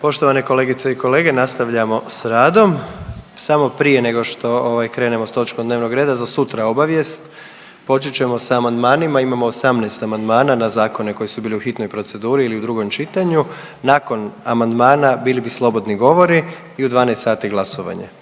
Poštovane kolegice i kolege, nastavljamo s radom. Samo prije nego što, ovaj, krenemo s točkom dnevnog reda, za sutra, obavijest. Počet ćemo s amandmanima, imamo 18 amandmana na zakone koji su bili u hitnoj proceduri ili u drugom čitanju. Nakon amandmana bili bi slobodni govori i u 12 sati glasovanje,